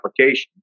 application